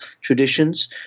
traditions